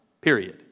period